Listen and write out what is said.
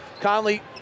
Conley